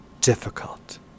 difficult